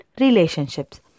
relationships